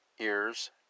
Ears